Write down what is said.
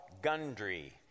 Gundry